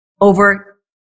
over